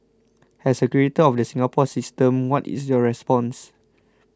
as a creator of the Singapore system what is your response